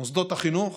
מוסדות החינוך